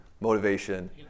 motivation